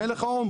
המלך הוא ערום.